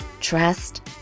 trust